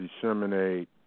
disseminate